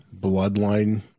bloodline